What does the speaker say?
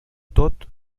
tot